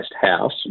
house